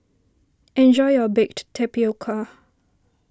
enjoy your Baked Tapioca